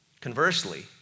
Conversely